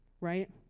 right